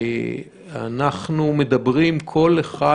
אנחנו מדברים: כל אחד,